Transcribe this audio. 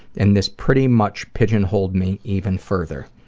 and this pretty much pigeonholed me even further.